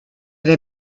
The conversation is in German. der